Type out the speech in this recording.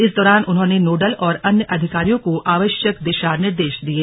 इस दौरान उन्होंने नोडल और अन्य अधिकारियों को आवश्यक दिशा निर्देश दिये